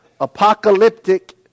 apocalyptic